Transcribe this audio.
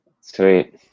Sweet